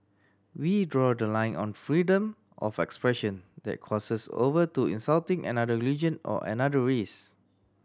we draw the line on freedom of expression that crosses over to insulting another religion or another race